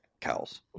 cows